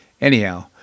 Anyhow